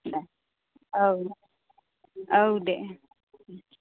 दे औ औ दे